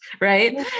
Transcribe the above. right